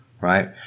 right